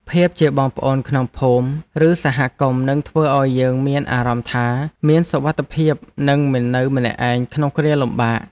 ភាពជាបងប្អូនក្នុងភូមិ ឬសហគមន៍នឹងធ្វើឱ្យយើងមានអារម្មណ៍ថា មានសុវត្ថិភាពនិងមិននៅម្នាក់ឯងក្នុងគ្រាលំបាក។